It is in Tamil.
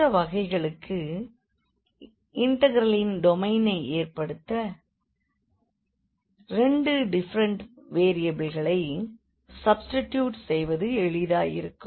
மற்ற வகைகளுக்கு இண்டெக்ரலின் டொமைனை ஏற்படுத்த 2 டிபரண்ட் வேரியபிள்களை சப்ஸ்டிடியூட் செய்வது எளிதாயிருக்கும்